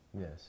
Yes